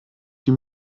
die